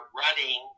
running